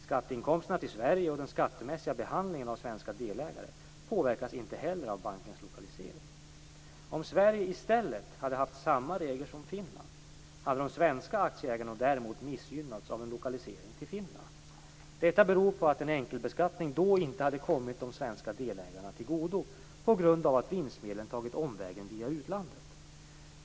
Skatteinkomsterna till Sverige och den skattemässiga behandlingen av de svenska delägarna påverkas inte heller av bankens lokalisering. Om Sverige i stället hade haft samma regler som Finland hade de svenska aktieägarna däremot missgynnats av en lokalisering till Finland. Detta beror på att en enkelbeskattning då inte hade kommit de svenska delägarna till godo på grund av att vinstmedlen tagit omvägen via utlandet.